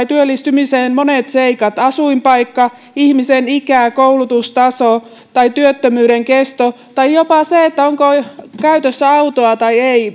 työllistymiseen vaikuttavat monet seikat asuinpaikka ihmisen ikä ja koulutustaso tai työttömyyden kesto tai meillä tuolla syrjäseudulla jopa se onko käytössä autoa tai ei